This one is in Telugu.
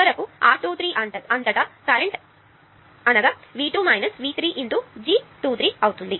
చివరకు R2 3 అంతటా కరెంట్ V2 V3 × G 23 అవుతుంది